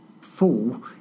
fall